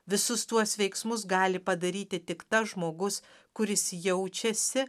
visus tuos veiksmus gali padaryti tik tas žmogus kuris jaučiasi